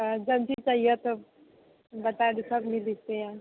जल्दी चाही तऽ बताए दिए सब मिल जेतै ईहा